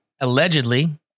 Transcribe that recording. allegedly